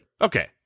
Okay